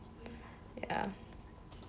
ya